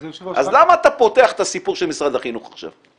אז למה אתה פותח את הסיפור של משרד החינוך עכשיו?